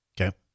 Okay